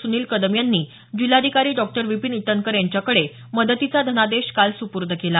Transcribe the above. सुनिल कदम यांनी जिल्हाधिकारी डॉक्टर विपीन इटनकर यांच्याकडे मदतनिधीचा धनादेश काल सुपुर्द केला